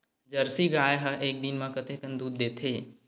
Jersey गाय ह एक दिन म कतेकन दूध देथे?